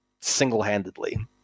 single-handedly